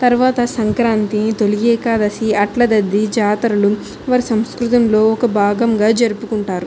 తర్వాత సంక్రాంతి తొలి ఏకాదశి అట్లతద్ది జాతరలు వారు సంస్కృతిలో ఒక భాగంగా జరుపుకుంటారు